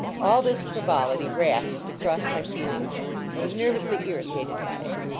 all this frivolity rasped across my feelings i was nervously irritated by it.